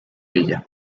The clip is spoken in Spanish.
ella